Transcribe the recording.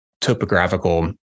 topographical